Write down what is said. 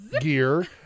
gear